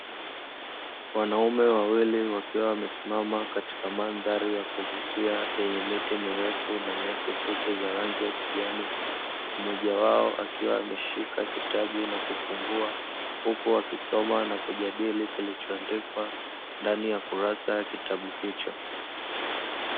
Wanaume wawili wakiwa wamesimama katika mandhari ya kuvutia, yenye miti mirefu na nyasi fupi za rangi ya kijani, mmoja wao akiwa ameshika kitabu na kufungua, huku akisoma na kujadili kilichoandikwa ndani ya kurasa ya kitabu hicho.